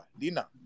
lina